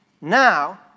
now